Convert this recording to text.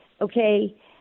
okay